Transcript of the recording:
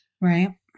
Right